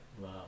wow